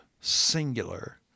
singular